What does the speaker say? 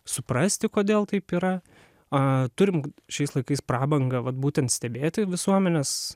suprasti kodėl taip yra turim šiais laikais prabangą vat būtent stebėti visuomenės